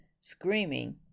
screaming